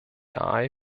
eye